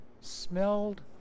smelled